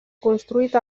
construït